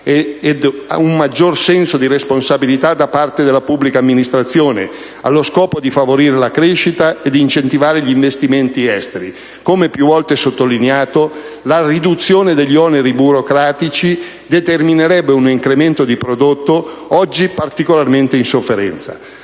ed un maggior senso di responsabilità da parte della pubblica amministrazione, allo scopo di favorire la crescita ed incentivare gli investimenti esteri. Come più volte sottolineato, la riduzione degli oneri burocratici determinerebbe un incremento del PIL, oggi particolarmente in sofferenza.